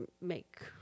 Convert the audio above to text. make